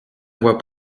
voix